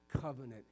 covenant